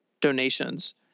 donations